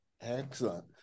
Excellent